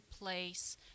place